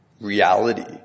reality